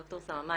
ד"ר סממה,